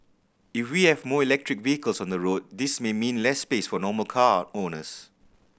if we have more electric vehicles on the road this may mean less space for normal car owners